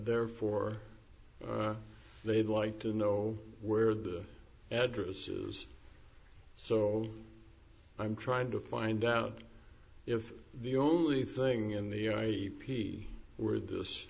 therefore they'd like to know where the addresses so i'm trying to find out if the only thing in the i p word this